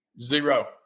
Zero